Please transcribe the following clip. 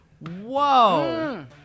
Whoa